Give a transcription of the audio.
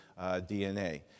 DNA